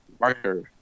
marker